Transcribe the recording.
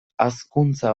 hazkuntza